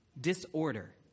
disorder